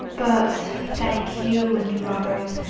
but thank you and robert,